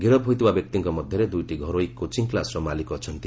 ଗିରଫ୍ ହୋଇଥିବା ବ୍ୟକ୍ତିଙ୍କ ମଧ୍ୟରେ ଦୂଇଟି ଘରୋଇ କୋଚିଂ କ୍ୱାସ୍ର ମାଲିକ ଅଛନ୍ତି